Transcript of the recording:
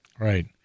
Right